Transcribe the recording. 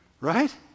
Right